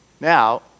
Now